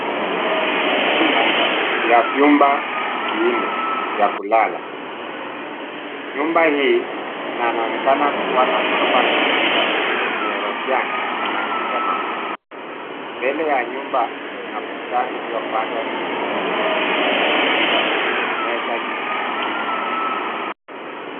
Hili ni jumba ya vyumba vinne vya kulala. Nyumba hii inonekana kuwa na ghorofa mbili yenye roshani na madirisha makubwa. Mbele ya nyumba, kuna bustani uliopandwa vizuri yenye viti na meza nyeupe za nje.